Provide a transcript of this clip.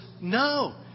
No